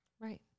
Right